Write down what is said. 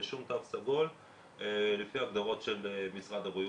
ושום תו סגול לפי ההגדרות של משרד הבריאות.